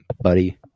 buddy